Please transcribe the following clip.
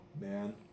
man